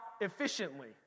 efficiently